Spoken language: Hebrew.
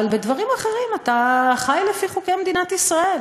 אבל בדברים אחרים אתה חי לפי חוקי מדינת ישראל.